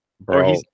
bro